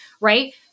Right